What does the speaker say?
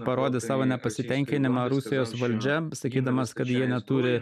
parodė savo nepasitenkinimą rusijos valdžia sakydamas kad jie neturi